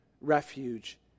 refuge